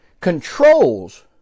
controls